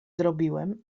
zrobiłem